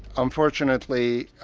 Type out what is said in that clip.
unfortunately,